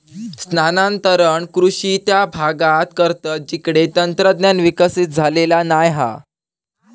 स्थानांतरण कृषि त्या भागांत करतत जिकडे तंत्रज्ञान विकसित झालेला नाय हा